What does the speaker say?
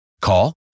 Call